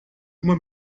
uma